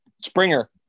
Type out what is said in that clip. Springer